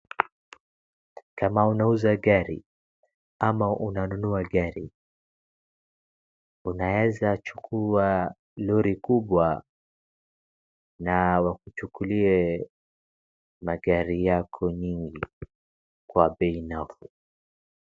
Kama unauza gari ama unanunua gari unaeza chukua lori kubwa na wakuchukulie magari yako mingi kwa bei nafuu.